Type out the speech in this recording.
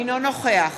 אינו נוכח